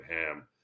Ham